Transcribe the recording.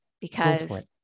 because-